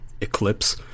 eclipse